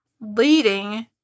leading